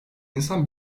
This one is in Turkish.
insan